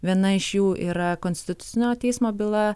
viena iš jų yra konstitucinio teismo byla